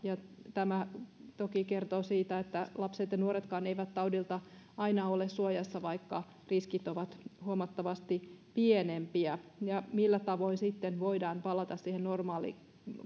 tämä toki kertoo siitä että lapset ja nuoretkaan eivät taudilta aina ole suojassa vaikka riskit ovat huomattavasti pienempiä millä tavoin sitten voidaan palata siihen normaaliin